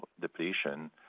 depletion